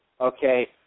okay